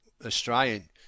Australian